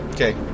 Okay